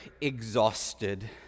exhausted